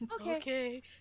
Okay